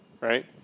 right